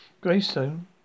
Greystone